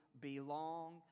belong